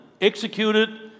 executed